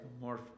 more